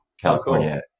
California